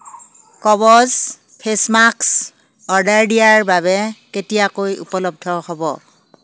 কৱচ face mask order দিয়াৰ বাবে কেতিয়াকৈ উপলব্ধ হ'ব